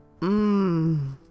mmm